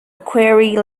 query